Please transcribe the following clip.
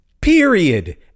period